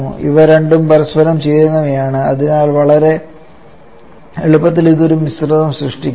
ഇവ രണ്ടും പരസ്പരം ചേരുന്നവയാണ് അതിനാൽ വളരെ എളുപ്പത്തിൽ ഇത് ഒരു മിശ്രിതം സൃഷ്ടിക്കുന്നു